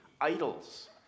Idols